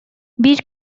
биир